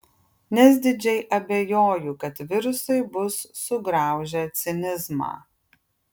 nes didžiai abejoju kad virusai bus sugraužę cinizmą